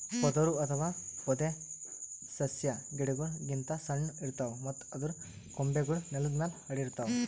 ಪೊದರು ಅಥವಾ ಪೊದೆಸಸ್ಯಾ ಗಿಡಗೋಳ್ ಗಿಂತ್ ಸಣ್ಣು ಇರ್ತವ್ ಮತ್ತ್ ಅದರ್ ಕೊಂಬೆಗೂಳ್ ನೆಲದ್ ಮ್ಯಾಲ್ ಹರ್ಡಿರ್ತವ್